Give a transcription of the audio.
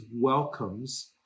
welcomes